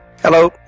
Hello